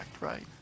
Right